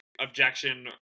objection